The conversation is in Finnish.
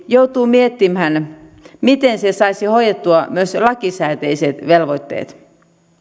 joutuu miettimään miten se saisi hoidettua myös lakisääteiset velvoitteet